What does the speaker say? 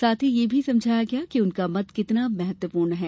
साथ ही ये भी समझाया गया कि उनका मत कितना महत्वपूर्ण है